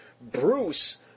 Bruce